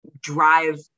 drive